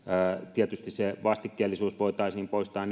tietysti se vastikkeellisuus voitaisiin poistaa